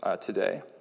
today